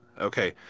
okay